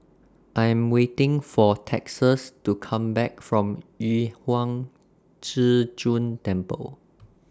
I Am waiting For Texas to Come Back from Yu Huang Zhi Zun Temple